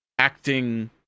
acting